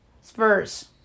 Spurs